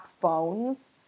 phones